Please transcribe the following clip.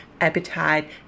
appetite